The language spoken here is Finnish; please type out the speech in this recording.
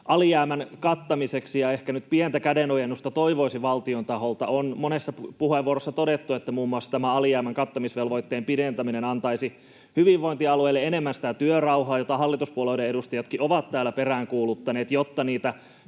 alijäämän kattamiseksi. Ja ehkä nyt pientä kädenojennusta toivoisi valtion taholta. On monessa puheenvuorossa todettu, että muun muassa tämä alijäämän kattamisvelvoitteen pidentäminen antaisi hyvinvointialueille enemmän sitä työrauhaa, jota hallituspuolueiden edustajatkin ovat täällä peräänkuuluttaneet, jotta niitä